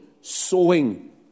sowing